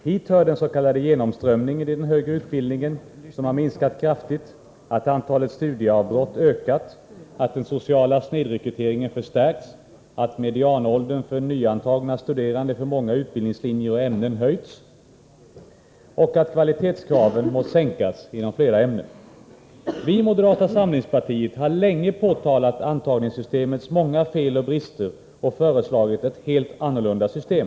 Hit hör att den s.k. genomströmningen i den högre utbildningen har minskat kraftigt, att antalet studieavbrott ökat, att den sociala snedrekryteringen förstärkts, att medianåldern för nyantagna studerande för många utbildningslinjer och ämnen höjts och att kvalitetskra Vi i moderata samlingspartiet har länge påtalat antagningssystemets Torsdagen den många fel och brister och föreslagit ett helt annorlunda system.